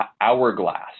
hourglass